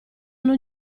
non